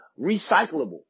recyclable